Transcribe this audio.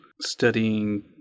studying